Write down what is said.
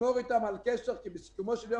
לשמור איתם על קשר כי בסיכומו של יום